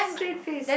straight face